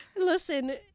Listen